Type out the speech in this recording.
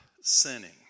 sinning